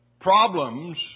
problems